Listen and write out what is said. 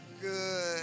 good